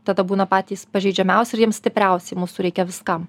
tada būna patys pažeidžiamiausi ir jiems stipriausiai mūsų reikia viskam